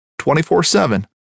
24-7